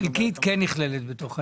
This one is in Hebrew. חלקית כן נכללת בתוך העניין,